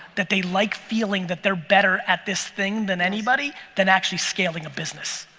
that they like feeling that they're better at this thing than anybody than actually scaling a business.